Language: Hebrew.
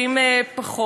וזה לא היהדות,